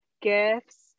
gifts